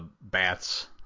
bats